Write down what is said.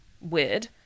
weird